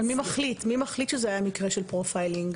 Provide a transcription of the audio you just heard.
אבל מי מחליט שזה היה מקרה של פרופיילינג?